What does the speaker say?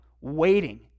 waiting